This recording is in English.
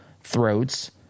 throats